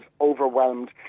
overwhelmed